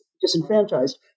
disenfranchised